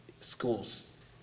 schools